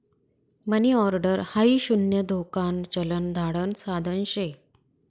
मनी order हाई शून्य धोकान चलन धाडण साधन शे